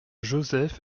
joseph